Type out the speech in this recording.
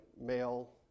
male